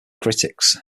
critics